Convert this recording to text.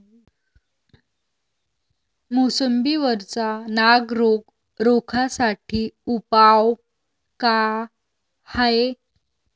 मोसंबी वरचा नाग रोग रोखा साठी उपाव का हाये?